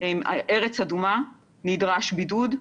ארץ אדומה, נדרש בידוד,